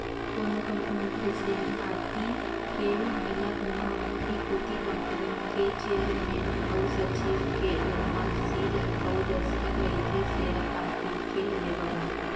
कोनो कंपनी के सेयर पाती के मिलब म आखरी कोती कंपनी के चेयरमेन अउ सचिव के ओमा सील अउ दस्कत रहिथे सेयर पाती के लेवब म